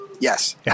Yes